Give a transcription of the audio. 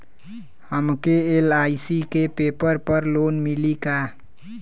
हमके एल.आई.सी के पेपर पर लोन मिली का?